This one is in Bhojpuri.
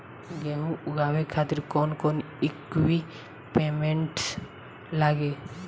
गेहूं उगावे खातिर कौन कौन इक्विप्मेंट्स लागी?